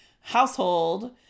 household